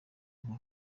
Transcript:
nka